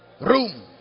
Room